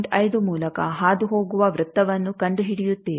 5 ಮೂಲಕ ಹಾದುಹೋಗುವ ವೃತ್ತವನ್ನು ಕಂಡುಹಿಡಿಯುತ್ತೀರಿ